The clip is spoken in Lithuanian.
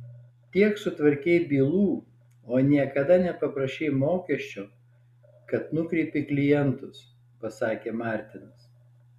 tiek sutvarkei bylų o niekada nepaprašei mokesčio kad nukreipi klientus pasakė martinas